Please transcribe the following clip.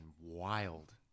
wild